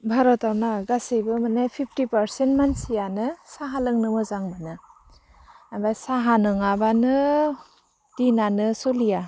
भारतआवना गासिबो मानि fifty percent मानसियानो साहा लोंनो मोजां मोनो आमफाय साहा नङाबानो दिनानो सोलिया